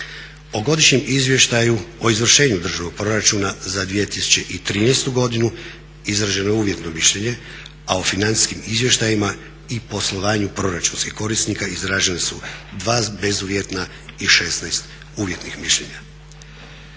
O Godišnjem izvještaju o izvršenju Državnog proračuna za 2013. godinu izraženo je uvjetno mišljenje, a o financijskim izvještajima i poslovanju proračunskih korisnika izražena su 2 bezuvjetna i 16 uvjetnih mišljenja.